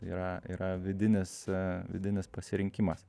yra yra vidinis vidinis pasirinkimas